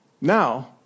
Now